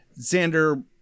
Xander